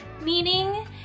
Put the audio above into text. meaning